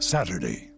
Saturday